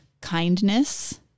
kindness